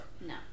no